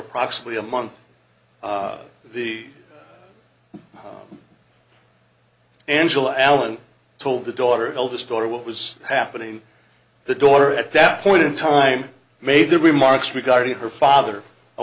approximately a month the angela allen told the daughter eldest daughter what was happening the daughter at that point in time made the remarks regarding her father